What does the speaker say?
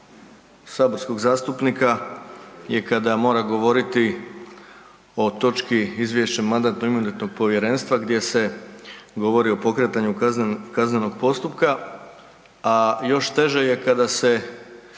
saborskog zastupnika je kada mora govoriti o točki izvješća Mandatno-imunitetno povjerenstva gdje se govori o pokretanju kaznenog postupka, a još teže je kada se